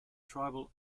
tribal